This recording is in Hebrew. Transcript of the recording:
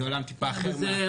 זה עולם טיפה אחר מאכיפה.